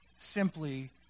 simply